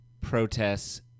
protests